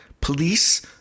police